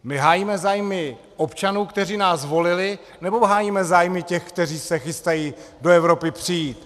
My hájíme zájmy občanů, kteří nás volili, nebo hájíme zájmy těch, kteří se chystají do Evropy přijít?